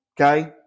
okay